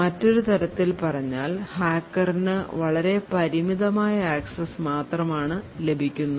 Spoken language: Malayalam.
മറ്റൊരുതരത്തിൽ പറഞ്ഞാൽ ഹാക്കറിന് വളരെ പരിമിതമായ ആക്സസ് മാത്രമാണ് ആണ് ലഭിക്കുന്നത്